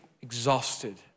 exhausted